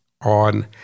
on